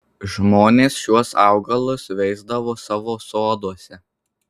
žmonės šiuos augalus veisdavo savo soduose